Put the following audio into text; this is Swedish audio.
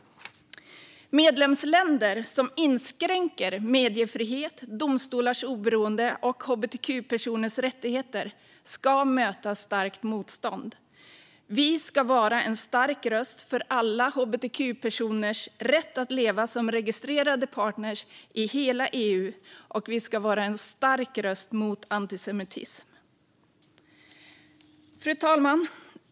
Medlemsländer som inskränker mediefrihet, domstolars oberoende eller hbtq-personers rättigheter ska möta starkt motstånd. Sverige ska vara en stark röst för alla hbtq-personers rätt att leva som registrerade partner i hela EU, och vi ska vara en stark röst mot antisemitism. Fru talman!